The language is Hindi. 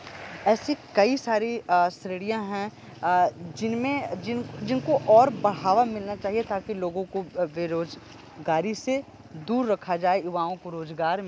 ऐसी कई सारी श्रेणियाँ है जिनमें जिनको और बढ़ावा मिलना चाहिए ताकि लोगों को बेरोज़गारी से दूर रखा जाए युवाओं को रोजगार मिले